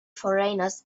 foreigners